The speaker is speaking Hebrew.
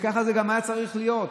ככה זה גם היה צריך להיות.